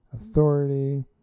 Authority